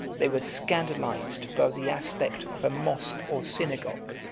they were scandalized by the aspect of a mosque or synagogue,